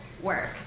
work